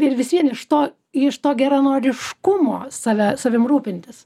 ir vis vien iš to iš to geranoriškumo save savim rūpintis